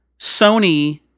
Sony